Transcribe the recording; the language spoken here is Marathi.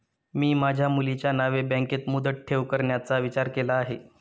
मी माझ्या मुलीच्या नावे बँकेत मुदत ठेव करण्याचा विचार केला आहे